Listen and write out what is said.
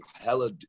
hella